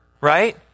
right